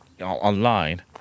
online